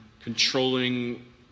controlling